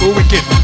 Wicked